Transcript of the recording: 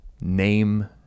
name